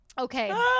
Okay